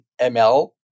ML